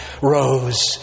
rose